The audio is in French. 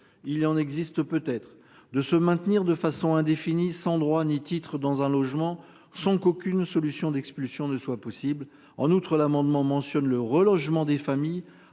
il en existe peut être de se maintenir de façon indéfinie sans droit ni titre dans un logement sans qu'aucune solution d'expulsion ne soit possible en outre l'amendement mentionne le relogement des familles,